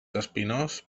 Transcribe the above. espinós